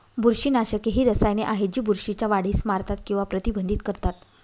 बुरशीनाशके ही रसायने आहेत जी बुरशीच्या वाढीस मारतात किंवा प्रतिबंधित करतात